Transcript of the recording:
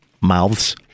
mouths